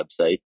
website